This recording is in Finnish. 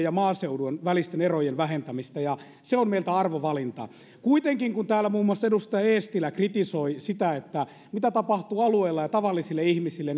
ja maaseudun välisten erojen vähentämistä ja se on meiltä arvovalinta kuitenkin kun täällä muun muassa edustaja eestilä kritisoi sitä mitä tapahtuu alueilla ja tavallisille ihmisille